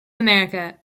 america